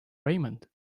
raymond